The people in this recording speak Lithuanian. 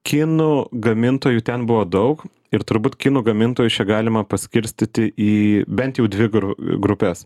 kinų gamintojų ten buvo daug ir turbūt kinų gamintojus čia galima paskirstyti į bent jau dvi gru grupes